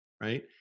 right